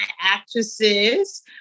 actresses